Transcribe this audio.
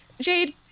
Jade